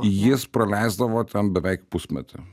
jis praleisdavo ten beveik pusmetį